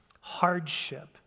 hardship